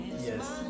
Yes